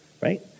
right